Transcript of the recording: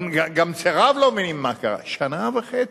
גם שריו לא מבינים מה קרה, שנה וחצי,